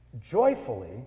joyfully